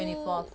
twenty fourth